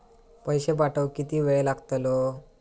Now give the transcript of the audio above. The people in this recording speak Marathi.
पैशे पाठवुक किती वेळ लागतलो?